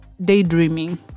daydreaming